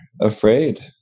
afraid